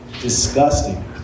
disgusting